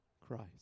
Christ